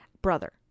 brother